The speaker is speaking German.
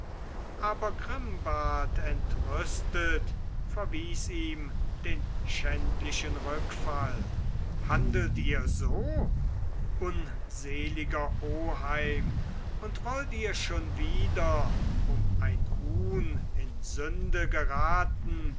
aber grimbart entrüstet verwies ihm den schändlichen rückfall handelt ihr so unseliger oheim und wollt ihr schon wieder um ein huhn in sünde geraten